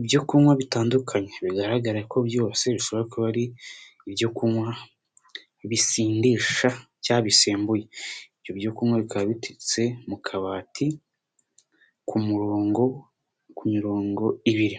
Ibyo kunywa bitandukanye bigaragara ko byose bishoboka ari ibyo kunywa bisindisha cyangwa bisembuye, ibyo byo kunywa bikaba biteretse mu kabati ku murongo, ku mirongo ibiri,